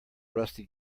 rusty